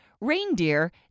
Reindeer